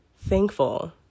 thankful